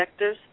vectors